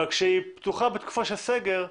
אבל כשהיא פתוחה בתקופה של סגר,